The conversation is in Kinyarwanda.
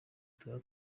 tuba